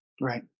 Right